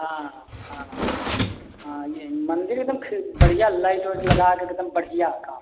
हाँ हाँ हाँ ये मन्दिर एकदम बढ़िया लाइट ओइट लगा के एकदम बढ़िया काम